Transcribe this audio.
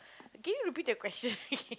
can you repeat the question